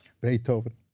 beethoven